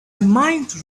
mind